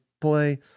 play